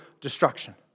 destruction